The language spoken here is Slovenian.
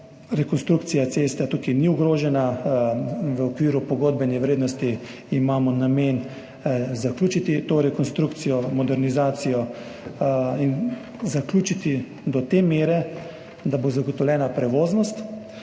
Rekonstrukcija ceste tukaj ni ogrožena. V okviru pogodbene vrednosti imamo namen zaključiti to rekonstrukcijo, modernizacijo, in to zaključiti do te mere, da bo zagotovljena prevoznost.